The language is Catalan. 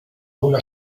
una